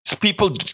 people